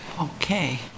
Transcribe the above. Okay